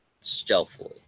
stealthily